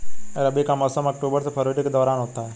रबी का मौसम अक्टूबर से फरवरी के दौरान होता है